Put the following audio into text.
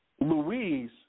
Louise